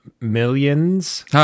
millions